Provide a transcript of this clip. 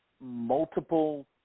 multiple